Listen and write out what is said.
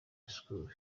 school